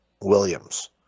Williams